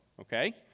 Okay